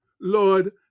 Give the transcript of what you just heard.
Lord